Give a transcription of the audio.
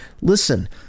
Listen